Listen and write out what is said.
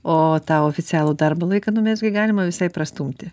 o tą oficialų darbo laiką nu mes gi galima visai prastumti